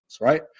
right